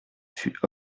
fut